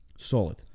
solid